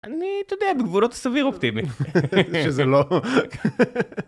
אני, אתה יודע, בגבולות הסביר אופטימי.